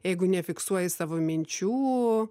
jeigu nefiksuoji savo minčių